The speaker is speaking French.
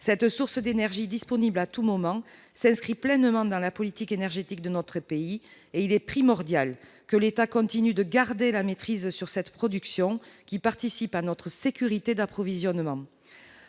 Cette source d'énergie, disponible à tout moment, s'inscrit pleinement dans la politique énergétique de notre pays ; il est primordial que l'État continue de garder la maîtrise sur cette production, qui participe à notre sécurité d'approvisionnement.